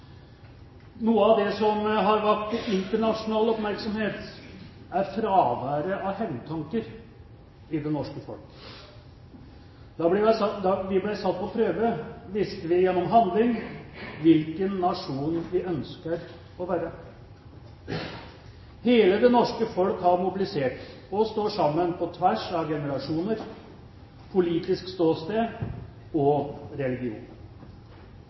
Noe av det som har vakt internasjonal oppmerksomhet, er fraværet av hevntanker i det norske folk. Da vi ble satt på prøve, viste vi gjennom handling hvilken nasjon vi ønsker å være. Hele det norske folk har mobilisert og står sammen på tvers av generasjoner, politisk ståsted og religion.